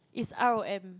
it's r_o_m